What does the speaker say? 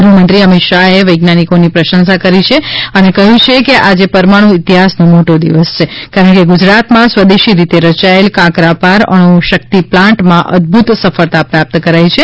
ગૃહમંત્રી અમિત શાહે વૈજ્ઞાનિકની પ્રશંસા કરી છે અને કહ્યું કે આજે પરમાણુ ઇતિહાસનો મોટો દિવસ છે કારણ કે ગુજરાતમાં સ્વદેશી રીતે રયાયેલ કાકરાપર અણુશક્તિ પ્લાન્ટમાં અદ્ ભૂત સફળતા પ્રાપ્ત કરી છે